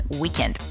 weekend